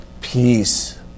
Peace